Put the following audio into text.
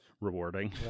rewarding